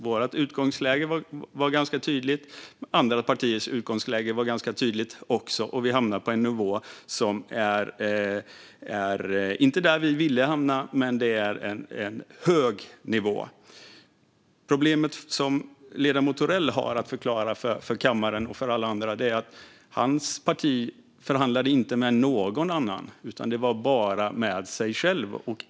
Vårt utgångsläge var ganska tydligt, och andra partiers utgångslägen var också ganska tydliga. Vi hamnade på en nivå som inte är den vi ville hamna på, men det är en hög nivå. Problemet som ledamoten Thorell har att förklara för kammaren och alla andra är att man i hans parti inte förhandlade med någon annan utan bara med sig själv.